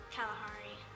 Kalahari